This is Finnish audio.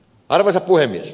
arvoisa puhemies